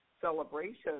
Celebration